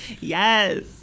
Yes